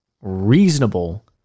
reasonable